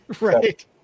Right